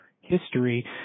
history